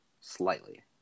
Slightly